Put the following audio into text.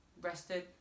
rested